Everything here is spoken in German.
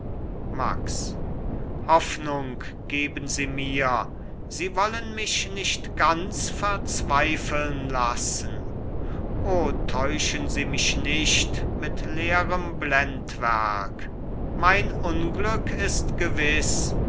max hoffnung geben sie mir sie wollen mich nicht ganz verzweifeln lassen o täuschen sie mich nicht mit leerem blendwerk mein unglück ist gewiß